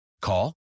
Call